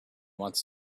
wants